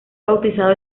bautizado